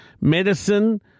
medicine